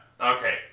Okay